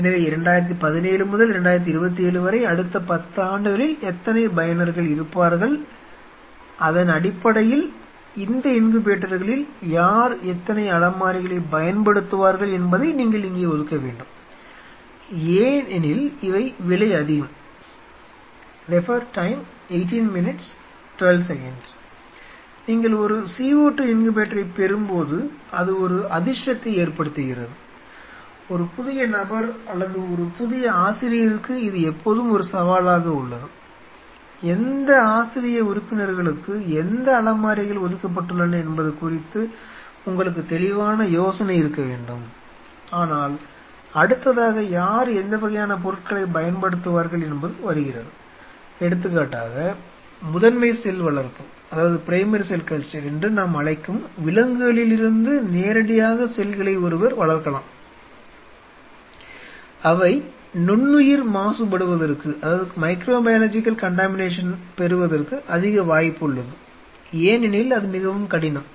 எனவே 2017 முதல் 2027 வரை அடுத்த 10 ஆண்டுகளில் எத்தனை பயனர்கள் இருப்பார்கள் அதன் அடிப்படையில் இந்த இன்குபேட்டர்களில் யார் எத்தனை அலமாரிகளைப் பயன்படுத்துவார்கள் என்பதை நீங்கள் இங்கே ஒதுக்க வேண்டும் ஏனெனில் இவை விலை அதிகம்